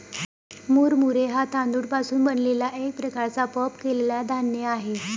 मुरमुरे हा तांदूळ पासून बनलेला एक प्रकारचा पफ केलेला धान्य आहे